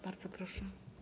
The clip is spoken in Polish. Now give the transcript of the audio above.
Bardzo proszę.